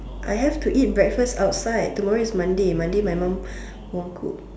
I have to eat breakfast outside tomorrow is Monday Monday my mum won't cook